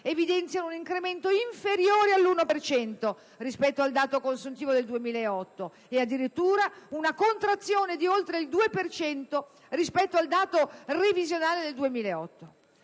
evidenziano un incremento inferiore all'1 per cento rispetto al dato consuntivo del 2008 e, addirittura, una contrazione di oltre il 2 per cento rispetto al dato previsionale del 2008.